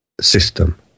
system